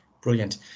brilliant